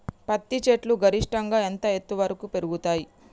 పత్తి చెట్లు గరిష్టంగా ఎంత ఎత్తు వరకు పెరుగుతయ్?